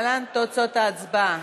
להלן תוצאות ההצבעה: